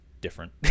different